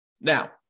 Now